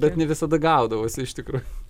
bet ne visada gaudavosi iš tikrųjų